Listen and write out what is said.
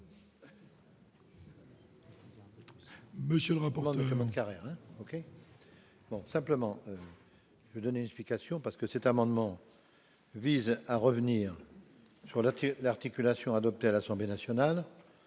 Monsieur le rapporteur,